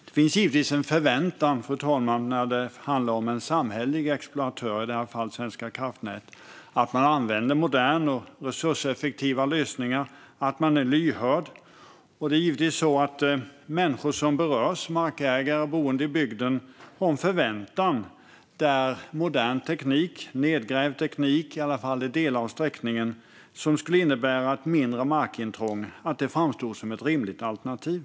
Det finns givetvis en förväntan när det handlar om en samhällelig exploatör, i detta fall Svenska kraftnät, att man använder moderna och resurseffektiva lösningar och att man är lyhörd. Människor som berörs, såsom markägare och boende i bygden, har förstås en förväntan på att modern teknik som i delar av sträckningen är nedgrävd och som skulle innebära ett mindre markintrång framstår som ett rimligt alternativ.